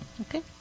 okay